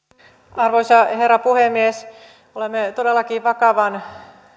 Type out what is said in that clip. arvoisa herra puhemies olemme todellakin vakavan